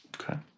Okay